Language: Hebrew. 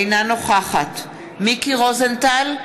אינה נוכחת מיקי רוזנטל,